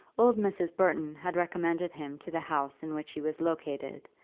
old mrs. burton had recommended him to the house in which he was located,